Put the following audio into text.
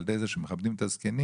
על ידי זה שמכבדים את הזקנים,